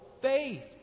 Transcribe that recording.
faith